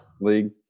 league